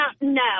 no